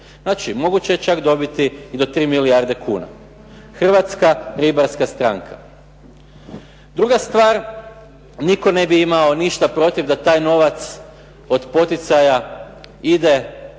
dakle moguće je čak dobiti i do 3 milijarde kuna. Hrvatska ribarska stranka. Druga stvar, nitko ništa ne bi imao protiv da taj novac ide